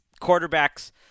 quarterbacks